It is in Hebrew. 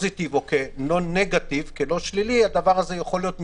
או כלא שלילי הדבר הזה יכול להיות מדווח.